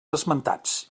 esmentats